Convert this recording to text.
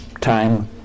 time